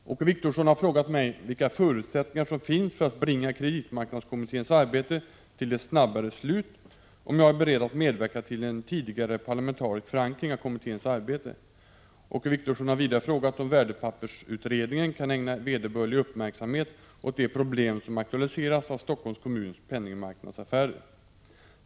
Herr talman! Åke Wictorsson har frågat mig vilka förutsättningar som finns för att bringa kreditmarknadskommitténs arbete till ett snabbare slut och om jag är beredd att medverka till en tidigare parlamentarisk förankring av kommitténs arbete. Åke Wictorsson har vidare frågat om värdepappersutredningen kan ägna vederbörlig uppmärksamhet åt de problem som aktualiseras av Stockholms kommuns penningmarknadsaffärer.